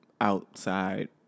outside